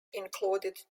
included